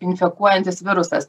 infekuojantis virusas